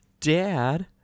Dad